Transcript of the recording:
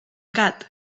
gat